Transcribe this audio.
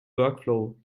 workflow